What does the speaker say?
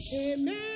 Amen